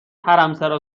حرمسرا